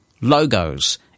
logos